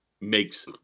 makes